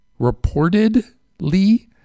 reportedly